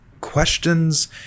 questions